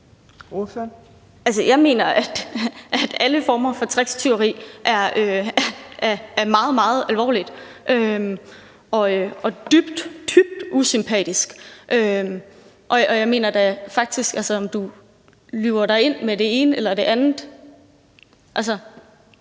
Jeg mener, at alle former for tricktyveri er meget, meget alvorligt og dybt, dybt usympatisk. Jeg mener jo altså faktisk, at den ældre, om du lyver dig ind med det ene eller det andet,